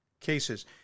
cases